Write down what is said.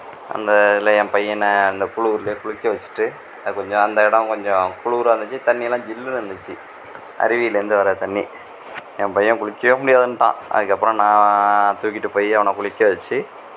அந்த இதில் என் பையனை அந்த குளுரிலே குளிக்க வச்சுட்டு அந்த இடம் கொஞ்சம் குளுராக இருந்துச்சு தண்ணி எல்லாம் ஜில்லுனு இருந்துச்சு அருவிலிருந்து வர தண்ணி என் பையன் குளிக்கவே முடியாதுன்ட்டான் அதுக்கு அப்புறம் நான் தூக்கிகிட்டு போய் அவன குளிக்க வச்சு